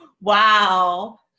Wow